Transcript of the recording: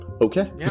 okay